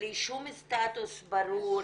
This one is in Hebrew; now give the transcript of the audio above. בלי שום סטאטוס ברור,